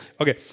Okay